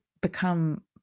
become